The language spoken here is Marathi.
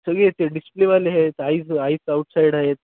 सगळी आहेत ते डिस्प्लेवाले आहेत आईज आईस आऊटसाईड आहेत